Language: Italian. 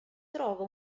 trova